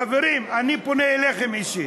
חברים, אני פונה אליכם אישית.